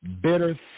bitter